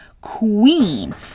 queen